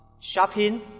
shopping